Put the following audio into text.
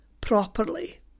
properly